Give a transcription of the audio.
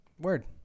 word